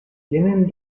tienen